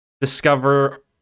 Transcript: discover